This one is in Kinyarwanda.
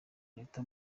leta